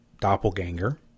doppelganger